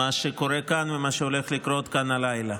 מה שקורה כאן ומה שהולך לקרות כאן הלילה.